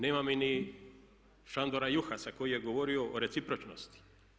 Nema mi ni Šandora Juhasa koji je govorio o recipročnosti.